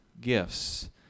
gifts